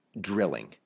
drilling